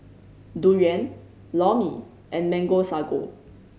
durian Lor Mee and Mango Sago